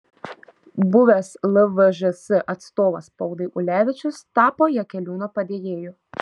buvęs lvžs atstovas spaudai ulevičius tapo jakeliūno padėjėju